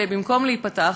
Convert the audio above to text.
במקום להיפתח,